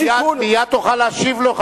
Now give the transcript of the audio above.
מייד תוכל להשיב לו.